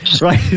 Right